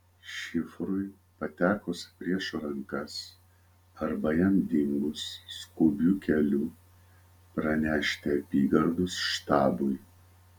šifrui patekus į priešo rankas arba jam dingus skubiu keliu pranešti apygardos štabui